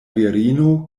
virino